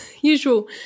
usual